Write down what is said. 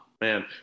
man